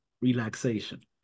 relaxation